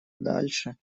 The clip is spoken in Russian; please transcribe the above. дальше